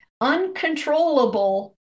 uncontrollable